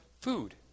food